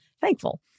thankful